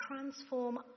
transform